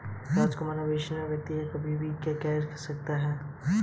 रामकुमार अविश्वसनीय व्यक्ति को कभी भी कोरा चेक नहीं देता